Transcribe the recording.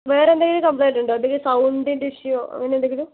വേറെ എന്തെങ്കിലും കംപ്ലയിൻറ്റുണ്ടോ ഉണ്ടെങ്കിൽ സൗണ്ടിൻ്റെ ഇഷ്യുവോ അങ്ങനെ എന്തെങ്കിലും